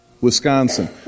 Wisconsin